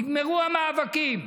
נגמרו המאבקים,